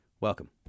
Welcome